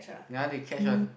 ya they catch one